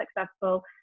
successful